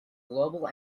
global